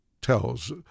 tells